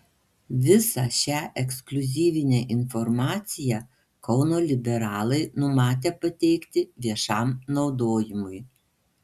visą šią ekskliuzyvinę informaciją kauno liberalai numatę pateikti viešam naudojimui